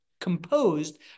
composed